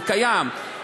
זה קיים.